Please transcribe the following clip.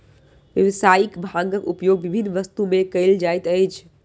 व्यावसायिक भांगक उपयोग विभिन्न वस्तु में कयल जाइत अछि